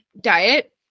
diet